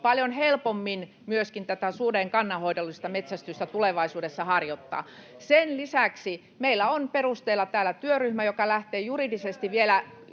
paljon helpommin myöskin tätä suden kannanhoidollista metsästystä tulevaisuudessa harjoittaa. Sen lisäksi meillä on perusteilla täällä työryhmä, [Anne Kalmari: